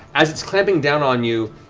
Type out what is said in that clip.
as it's clamping down on you,